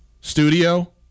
studio